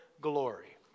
glory